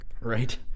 Right